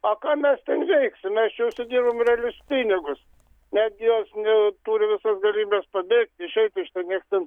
o ką mes ten veiksim mes jau čia sudėjom realius pinigus netgi jos nu turi visas galimybes pabėgti išeiti iš ten nieks ten